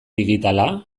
digitala